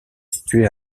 situé